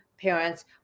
parents